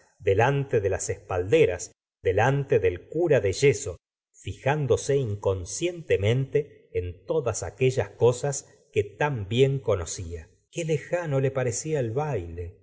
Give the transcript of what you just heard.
delante de las espalderas delante del cura de yeso fijándose inconscientemente en todas aquellas cosas que tan bien conocía qué lejano le parecía el baile